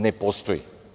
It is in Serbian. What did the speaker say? Ne postoji.